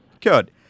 Good